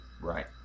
Right